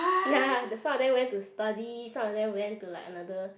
ya the some of them went to study some of them went to like another